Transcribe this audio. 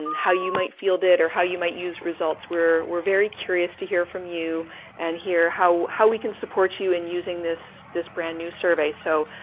how you might field it, or how you might use results. we're we're very curious to hear from you and hear how how we can support you in using this this brand new survey. so,